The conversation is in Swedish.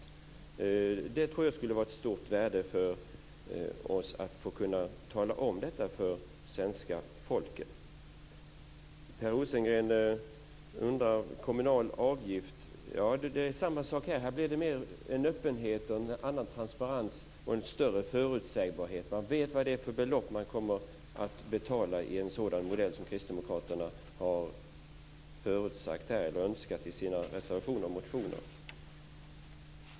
Jag tror att det skulle vara ett stort värde för oss om vi kunde tala om detta för svenska folket. Per Rosengren undrar om den kommunala avgiften. Det är samma sak här. Det blir en öppenhet, en annan transparens och en större förutsägbarhet. Man vet vilket belopp man kommer att betala i en sådan modell som Kristdemokraterna har önskat i sina reservationer och motioner.